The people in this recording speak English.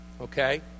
okay